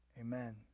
amen